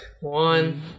one